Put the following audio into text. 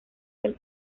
del